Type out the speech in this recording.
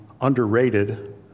underrated